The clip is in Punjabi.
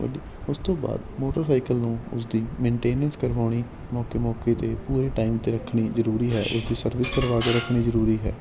ਉਦੋਂ ਉਸ ਤੋਂ ਬਾਅਦ ਮੋਟਰਸਾਈਕਲ ਨੂੰ ਉਸ ਦੀ ਮੈਨਟੇਨੈਂਸ ਕਰਵਾਉਣੀ ਮੌਕੇ ਮੌਕੇ 'ਤੇ ਪੂਰੇ ਟਾਈਮ 'ਤੇ ਰੱਖਣੀ ਜ਼ਰੂਰੀ ਹੈ ਇਸ ਦੀ ਸਰਵਿਸ ਕਰਵਾ ਕੇ ਰੱਖਣੀ ਜ਼ਰੂਰੀ ਹੈ